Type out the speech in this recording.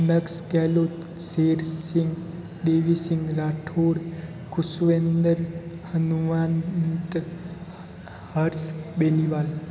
Naksh Gehlot Sher Singh Devi Singh Rathore Kushwinder Hanumant Harsh Beniwal